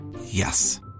Yes